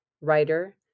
writer